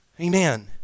amen